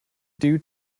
due